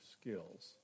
skills